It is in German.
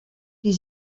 die